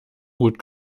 gut